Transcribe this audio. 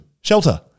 shelter